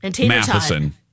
Matheson